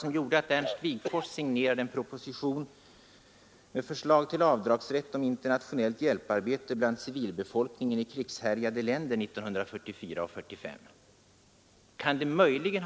Vad gjorde att Ernst Wigforss signerade en proposition med förslag om avdragsrätt för internationellt hjälparbete bland civilbefolkningen i krigshärjade länder 1944—1945?